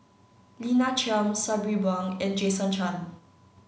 Lina Chiam Sabri Buang and Jason Chan